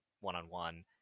one-on-one